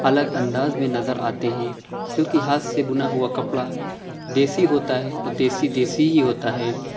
الگ انداز میں نظر آتے ہیں کیوں کہ ہاتھ سے بُنا ہُوا کپڑا دیسی ہوتا ہے اور دیسی دیسی ہی ہوتا ہے